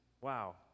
wow